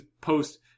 post